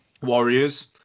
warriors